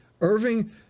Irving